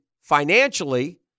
financially